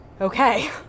Okay